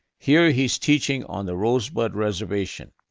here he's teaching on the rosebud reservation.